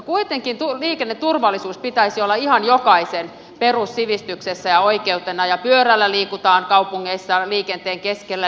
kuitenkin liikenneturvallisuuden pitäisi olla ihan jokaisen perussivistyksessä ja oikeutena ja pyörällä liikutaan kaupungeissa liikenteen keskellä